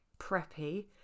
preppy